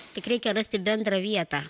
tik reikia rasti bendrą vietą